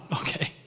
okay